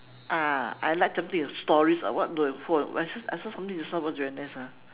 ah I like something with stories ah what you were I saw I saw something just now was very nice ah